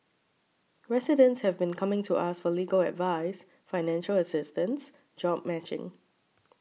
residents have been coming to us for legal advice financial assistance job matching